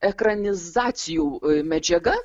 ekranizacijų medžiaga